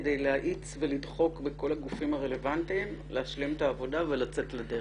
כדי להאיץ ולדחוק בכל הגופים הרלוונטיים להשלים את העבודה ולצאת לדרך.